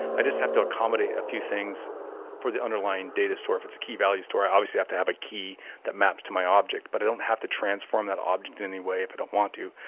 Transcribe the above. i just have to accommodate a few things for the underlying data store. if it's a key-value store, i obviously have to have a key that maps to my object. but i don't have to transform that object anyway if i don't want to.